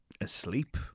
asleep